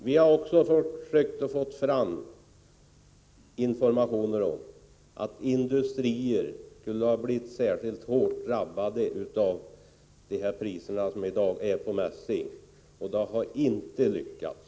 Herr talman! Vi har också försökt få fram information om att industrier skulle ha blivit särskilt svårt drabbade av de priser som i dag råder på mässing, men det har inte lyckats.